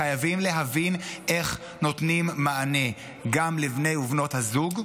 חייבים להבין איך נותנים מענה גם לבני ובנות הזוג,